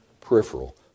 peripheral